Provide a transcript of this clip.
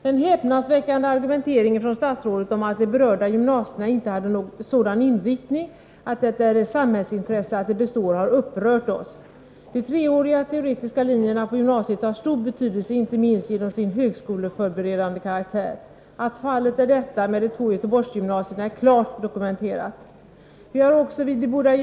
Den häpnadsväckande argumenteringen från statsrådet om att de berörda gymnasierna inte har en sådan inriktning att det är ett samhällsintresse att de består har upprört oss. De treåriga teoretiska linjerna på gymnasiet har stor betydelse, inte minst genom sin högskoleförberedande karaktär. Att fallet är detta med de två Göteborgsgymnasierna är klart dokumenterat.